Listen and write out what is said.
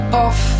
off